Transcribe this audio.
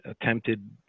attempted